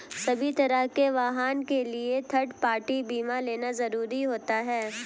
सभी तरह के वाहन के लिए थर्ड पार्टी बीमा लेना जरुरी होता है